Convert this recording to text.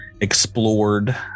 explored